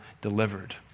delivered